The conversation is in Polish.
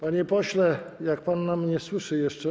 Panie pośle, jak pan mnie słyszy jeszcze.